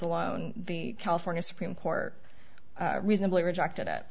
alone the california supreme court reasonably rejected it